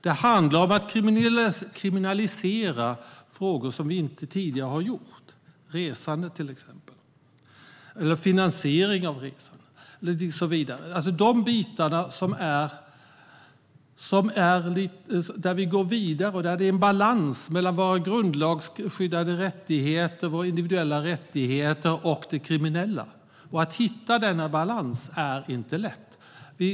Det handlar om att kriminalisera sådant vi tidigare inte har kriminaliserat, som till exempel resande, finansiering av resande och så vidare. Det gäller de bitar där vi går vidare och där det krävs en balans mellan våra grundlagsskyddade rättigheter, våra individuella rättigheter och det kriminella. Att hitta denna balans är inte lätt.